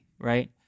right